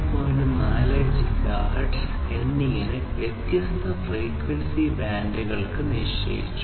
4 gigahertz എന്നിങ്ങനെ വ്യത്യസ്ത frequency ബാൻഡുകൾക്ക് നിശ്ചയിച്ചു